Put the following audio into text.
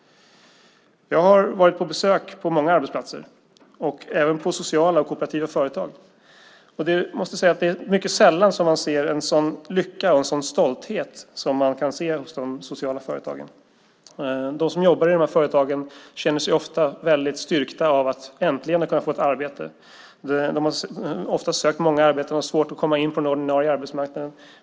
Jag har varit på besök på många arbetsplatser, även på sociala och kooperativa företag. Jag måste säga att det är mycket sällan som man ser en sådan lycka och en sådan stolthet som man kan se hos de sociala företagen. De som jobbar i de här företagen känner sig ofta väldigt styrkta av att de äntligen kunnat få ett arbete. De har ofta sökt många arbeten och har svårt att komma in på den ordinarie arbetsmarknaden.